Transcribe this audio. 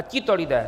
Tito lidé!